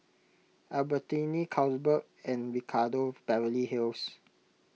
Albertini Carlsberg and Ricardo Beverly Hills